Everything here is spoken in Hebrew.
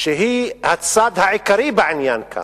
שהיא הצד העיקרי בעניין כאן,